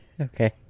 Okay